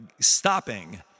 stopping